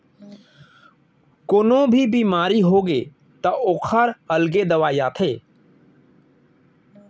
कोनो भी बेमारी होगे त ओखर अलगे दवई आथे